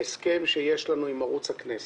ההסכם שיש לנו עם ערוץ הכנסת.